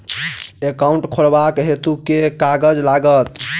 Account खोलाबक हेतु केँ कागज लागत?